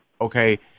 okay